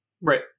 Right